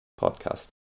podcast